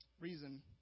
reason